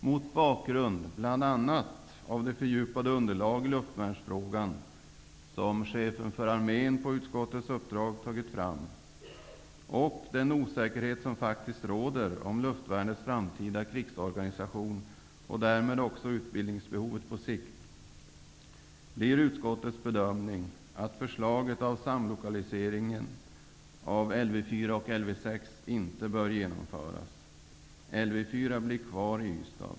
Mot bakgrund av bl.a. det fördjupade underlag i luftvärnsfrågan som Chefen för armén på utskottets uppdrag har tagit fram och den osäkerhet som faktiskt råder om luftvärnets framtida krigsorganisation och därmed också utbildningsbehovet på sikt, blir utskottets bedömning att förslaget om samlokalisering av Lv 4 och Lv 6 inte bör genomföras. Lv 4 blir således kvar i Ystad.